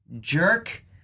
jerk